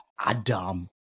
Adam